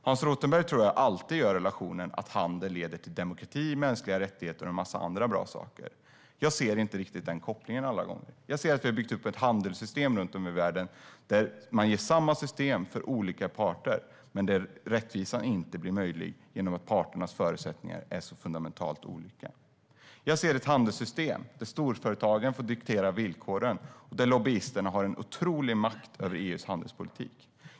Hans Rothenberg relaterar alltid handel till demokrati, mänskliga rättigheter och en massa andra bra saker, men jag ser inte den kopplingen alla gånger. Jag ser att vi har byggt upp ett handelssystem runt om i världen där man ger samma system för olika parter men där rättvisa inte blir möjlig då parternas förutsättningar är fundamentalt olika. Jag ser ett handelssystem där storföretagen får diktera villkoren och lobbyisterna har en otrolig makt över EU:s handelspolitik.